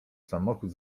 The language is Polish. samochód